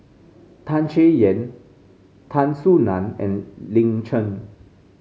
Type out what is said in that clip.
Tan Chay Yan Tan Soo Nan and Lin Chen